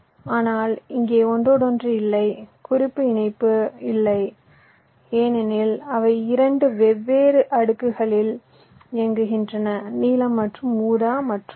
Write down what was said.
ஆனால் இங்கே ஒன்றோடொன்று இல்லை குறுக்கு இணைப்பு இல்லை ஏனெனில் அவை இரண்டு வெவ்வேறு அடுக்குகளில் இயங்குகின்றன நீலம் மற்றும் ஊதா மற்றும் ஒன்று